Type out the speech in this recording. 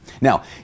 Now